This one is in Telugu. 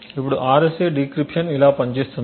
ఇప్పుడు RSA డిక్రిప్షన్ ఇలా పనిచేస్తుంది